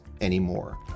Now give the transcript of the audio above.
anymore